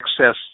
access